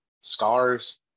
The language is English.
Scars